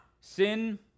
Sin